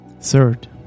third